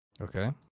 Okay